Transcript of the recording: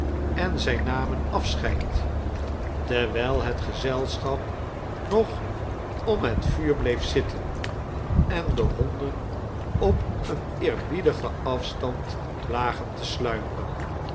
en zij namen afscheid terwijl het gezelschap nog om het vuur bleef zitten en de honden op een eerbiedigen afstand lagen te sluimeren